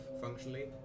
functionally